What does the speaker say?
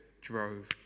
drove